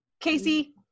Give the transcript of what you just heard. Casey